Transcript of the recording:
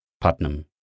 Putnam